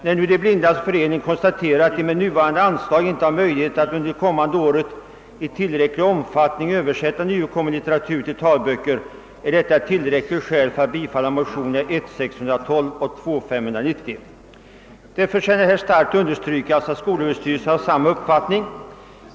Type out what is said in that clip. När nu De blindas förening konstaterar, att den med nuvarande anslag inte har möjlighet att under det kommande året i tillräcklig omfattning översätta nyutkommen litteratur till talböcker, är detta skäl nog att bifalla motionerna I:612 och II: 590. Det förtjänar att här starkt understrykas att skolöverstyrelsen är av samma uppfattning.